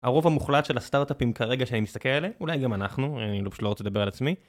הרוב המוחלט של הסטארטאפים כרגע שאני מסתכל עליהם אולי גם אנחנו אני לא רוצה לדבר על עצמי.